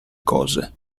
cose